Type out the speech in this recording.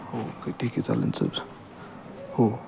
okay ठीक आहे चालेल सर हो